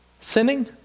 sinning